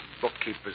bookkeepers